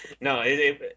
No